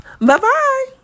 Bye-bye